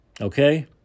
Okay